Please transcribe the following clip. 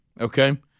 Okay